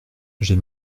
j’ai